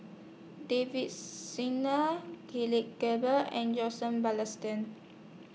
Davin Singh Gilbey and Joseph Balestier